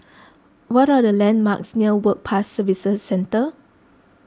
what are the landmarks near Work Pass Services Centre